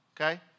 okay